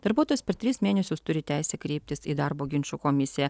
darbuotojas per tris mėnesius turi teisę kreiptis į darbo ginčų komisiją